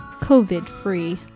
COVID-free